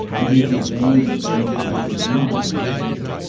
and he had a vein of banter which was not ineffective.